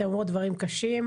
אתן אומרות דברים קשים,